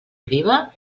oliva